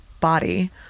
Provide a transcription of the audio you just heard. body